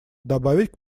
добавить